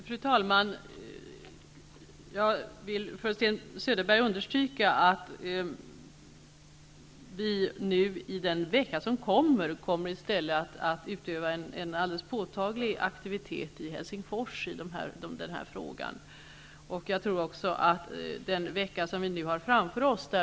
Fru talman! Jag vill understryka för Sten Söderberg att vi i den kommande veckan kommer att utöva en påtaglig aktivitet i Helsingfors när det gäller den här frågan. Dessa frågor kommer att tas upp inom ESK i den vecka som vi nu har framför oss.